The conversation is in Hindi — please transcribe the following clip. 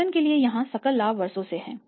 उदाहरण के लिए यहाँ सकल लाभ वर्षों से है